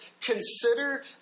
consider